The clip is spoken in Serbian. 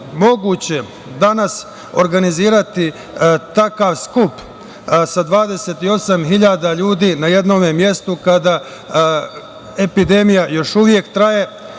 moguće danas organizovati takav skup sa 28.000 ljudi na jednom mestu, kada epidemija još uvek traje? Juče,